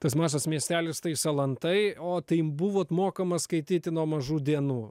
tas mažas miestelis tai salantai o tai buvo mokoma skaityti nuo mažų dienų